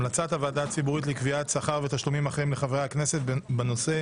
המלצת הוועדה הציבורית לקביעת שכר ותשלומים אחרים לחברי הכנסת בנושא: